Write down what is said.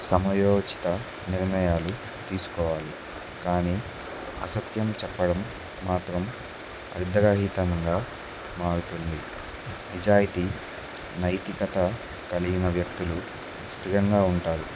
సమయోచిత నిర్ణయాలు తీసుకోవాలి కానీ అసత్యం చెప్పడం మాత్రం అయుద్ధగాహీతనంగా మారుతుంది నిజాయితీ నైతికత కలిగిన వ్యక్తులు పుతిికంగా ఉంటారు